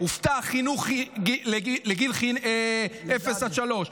הובטח חינוך חינם לאפס עד שלוש.